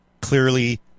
clearly